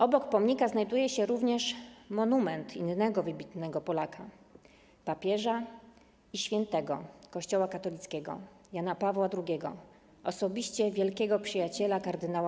Obok pomnika znajduje się również monument innego wybitnego Polaka, papieża i świętego Kościoła katolickiego Jana Pawła II, osobiście wielkiego przyjaciela kard.